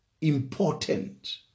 important